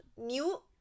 new